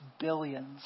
billions